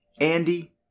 Andy